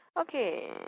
Okay